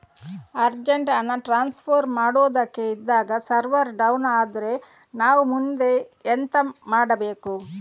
Urgent ಹಣ transfer ಮಾಡೋದಕ್ಕೆ ಇದ್ದಾಗ ಸರ್ವರ್ ಡೌನ್ ಆದರೆ ನಾವು ಮುಂದೆ ಎಂತ ಮಾಡಬೇಕು?